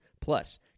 Plus